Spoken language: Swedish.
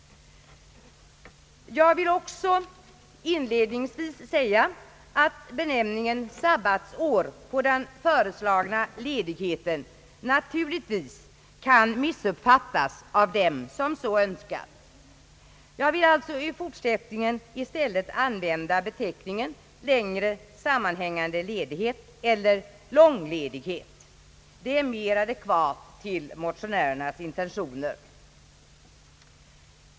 Jag vill också inledningsvis säga att benämningen sabbatsår på den föreslagna ledigheten naturligtvis kan missuppfattas av dem som så önskar. Jag vill alltså i fortsättningen i stället använda beteckningen längre sammanhängande ledighet eller långledighet. Det är mera adekvat för motionärernas intentioner.